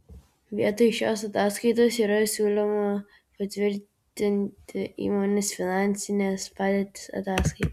vietoj šios ataskaitos yra siūloma patvirtinti įmonės finansinės padėties ataskaitą